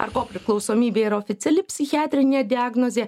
ar kopriklausomybė yra oficiali psichiatrinė diagnozė